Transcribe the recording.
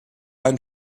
ein